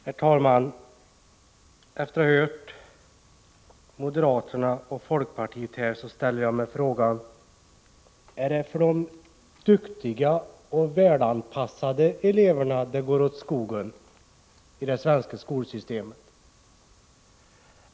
Herr talman! Efter att har hört moderaterna och folkpartiet här vill jag fråga: Är det för de duktiga och välanpassade eleverna som det går åt skogen i det svenska skolsystemet?